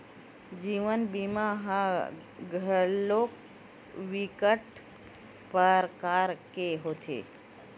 जीवन बीमा ह घलोक बिकट परकार के होथे